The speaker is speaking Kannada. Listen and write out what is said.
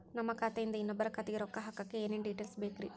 ನಮ್ಮ ಖಾತೆಯಿಂದ ಇನ್ನೊಬ್ಬರ ಖಾತೆಗೆ ರೊಕ್ಕ ಹಾಕಕ್ಕೆ ಏನೇನು ಡೇಟೇಲ್ಸ್ ಬೇಕರಿ?